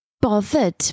bothered